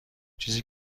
چیزی